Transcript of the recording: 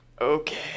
Okay